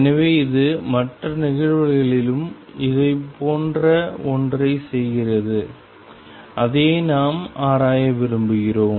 எனவே இது மற்ற நிகழ்வுகளிலும் இதேபோன்ற ஒன்றைச் செய்கிறது அதையே நாம் ஆராய விரும்புகிறோம்